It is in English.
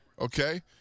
okay